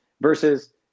versus